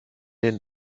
den